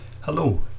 Hello